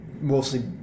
mostly